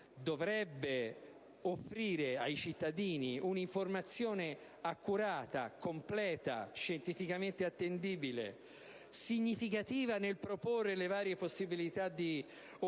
dovrebbe offrire ai cittadini una informazione accurata, completa, scientificamente attendibile, significativa nel proporre le varie possibilità di opzioni,